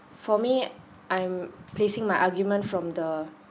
for me I'm placing my argument from the